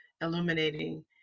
illuminating